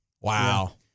Wow